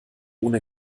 ohne